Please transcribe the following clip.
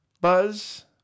buzz